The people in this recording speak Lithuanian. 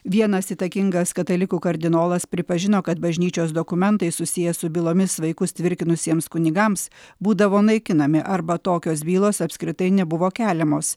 vienas įtakingas katalikų kardinolas pripažino kad bažnyčios dokumentai susiję su bylomis vaikus tvirkinusiems kunigams būdavo naikinami arba tokios bylos apskritai nebuvo keliamos